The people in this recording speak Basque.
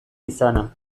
izana